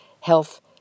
health